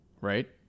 right